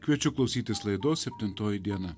kviečiu klausytis laidos septintoji diena